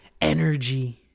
energy